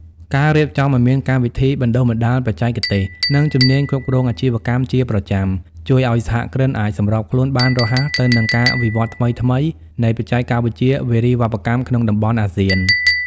ការរៀបចំឱ្យមានកម្មវិធីបណ្ដុះបណ្ដាលបច្ចេកទេស និងជំនាញគ្រប់គ្រងអាជីវកម្មជាប្រចាំ ជួយឱ្យសហគ្រិនអាចសម្របខ្លួនបានរហ័សទៅនឹងការវិវត្តថ្មីៗនៃបច្ចេកវិទ្យាវារីវប្បកម្មក្នុងតំបន់អាស៊ាន។